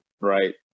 right